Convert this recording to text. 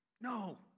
No